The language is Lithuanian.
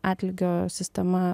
atlygio sistema